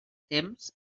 temps